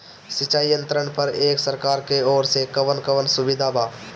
सिंचाई यंत्रन पर एक सरकार की ओर से कवन कवन सुविधा बा?